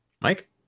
Mike